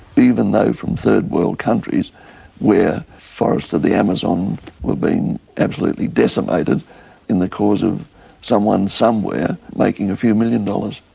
even though from third world countries where forests of the amazon were being absolutely decimated in the cause of someone somewhere making a few million dollars.